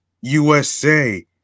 USA